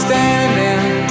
Standing